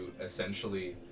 essentially